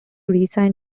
resign